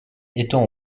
étant